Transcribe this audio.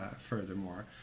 furthermore